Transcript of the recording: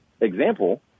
example